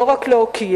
לא רק להוקיע,